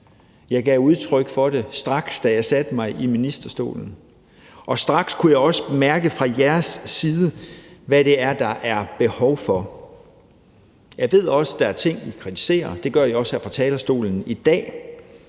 Jeg gav udtryk for det, straks da satte mig i ministerstolen, og straks kunne jeg også mærke fra jeres side, hvad det er, der er behov for. Jeg ved også, at der er ting, I kritiserer. Det gør I også her fra talerstolen i dag,